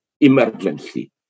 emergency